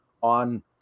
on